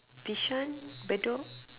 bishan bedok